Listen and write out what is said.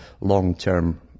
long-term